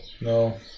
no